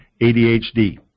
ADHD